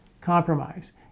compromise